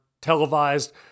televised